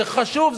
זה חשוב,